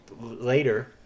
later